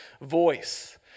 voice